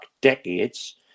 decades